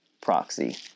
proxy